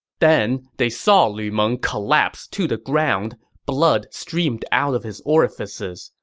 then, they saw lu meng collapse to the ground. blood streamed out of his orifices,